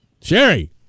Sherry